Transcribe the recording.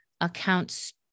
accounts